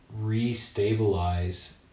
re-stabilize